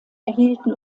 erhielten